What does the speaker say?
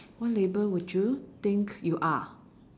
what label would you think you are